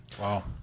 Wow